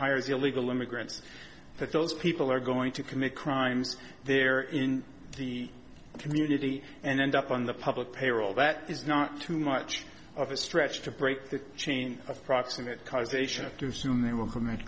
hires illegal immigrants that those people are going to commit crimes there in the community and end up on the public payroll that is not too much of a stretch to break the chain of proximate cause they sure do soon they will commit